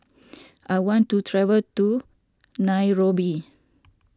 I want to travel to Nairobi